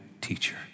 teacher